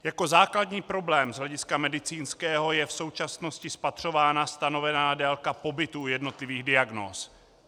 Jako základní problém z hlediska medicínského je v současnosti spatřována stanovená délka pobytu u jednotlivých diagnóz.